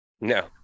No